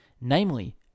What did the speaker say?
namely